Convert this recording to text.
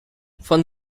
von